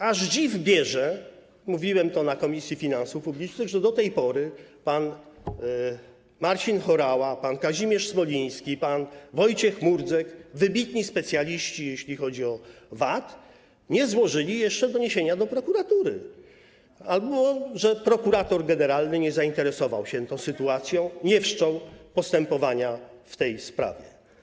Aż dziw bierze - mówiłem o tym na posiedzeniu Komisji Finansów Publicznych - że do tej pory pan Marcin Horała, pan Kazimierz Smoliński, pan Wojciech Murdzek, wybitni specjaliści, jeśli chodzi o VAT, nie złożyli jeszcze doniesienia do prokuratury albo że prokurator generalny nie zainteresował się tą sytuacją, nie wszczął postępowania w tej sprawie.